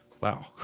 wow